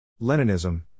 Leninism